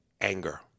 anger